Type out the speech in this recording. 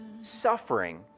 suffering